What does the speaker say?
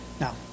Now